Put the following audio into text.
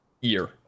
Year